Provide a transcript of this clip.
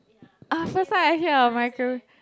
first time I hear a microwave